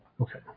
Okay